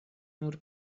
nur